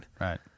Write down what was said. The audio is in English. right